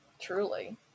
Truly